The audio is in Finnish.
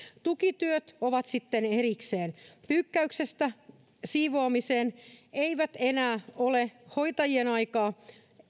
tukityöt ovat sitten erikseen tukityöt pyykkäyksestä siivoamiseen eivät enää ole hoitajien aikaa